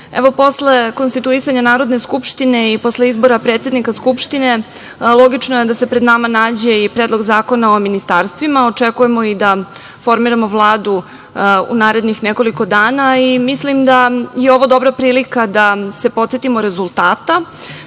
posle konstituisanja Narodne skupštine i posle izbora predsednika Skupštine, logično je da se pred nama nađe i Predlog zakona o ministarstvima. Očekujemo i da formiramo Vladu u narednih nekoliko dana i mislim da je ovo dobra prilika da se podsetimo rezultata,